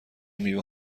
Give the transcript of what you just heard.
میوه